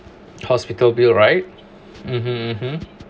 hospital bill right (uh huh)